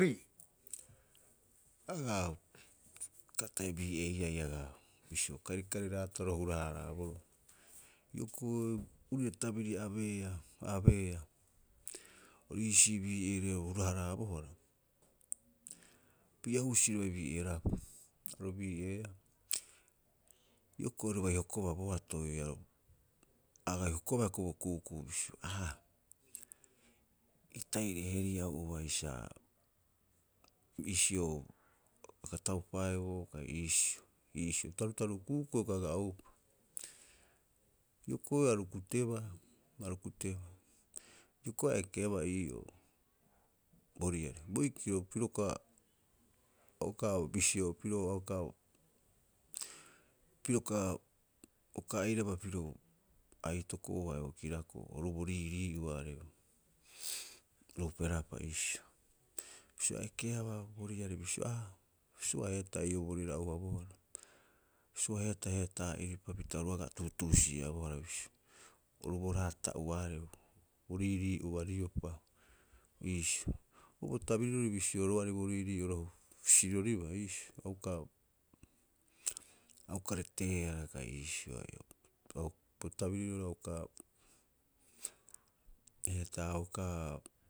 Agaa uka'ata'e bii'ee'iai agaa, bisio kairikairi raataro hura- haraaboroo. Hioko'i iru'e tabiri a abeea, a abeea ori iisii bii'ero hura- haraabohara. Opii'a husiro iaarei bii'eeraapa, aru bii'eeaa. Hioko'i aru bai hokobaa boatoi, a agai hokobaa hioko'i bo ku'uku'u bisio, aa, itaire heriau ubai sa iisio aga taupaeboo kai iisio, iisio. Tarutaru'u ku'uku'u hioko'i ia aga ouupa. Hioko'i aru kutebaa, aru kutebaa. Hioko'i a ekeabaa ii'oo, bo riari, boikiro piro uka, a uka oo bisio piro a uka oo. Piro uka uka airaba piro aitoko haia bo kirako'o, oru bo riirii'ua are ruuperaapa iisio. Bisio a ekeabaa bo riari bisio aa suaheetaa ii'oo bo riari a ouabohara. Suaheetaa heetaa'iripa pita oru agaa a tuutuusi'eabohara bisio oru bo raata'uaarei bo riirii'ua riopa, iisio. Bo tabirirori bisio roari bo riirii'oro siroribaa iisio a uka a uka reteehara kai iisio bo tabirirori a uka heetaa, a uka.